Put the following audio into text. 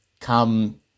come